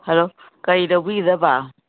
hello ꯀꯔꯤ ꯂꯧꯕꯤꯒꯗꯕ